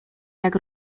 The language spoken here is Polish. jak